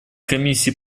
комиссии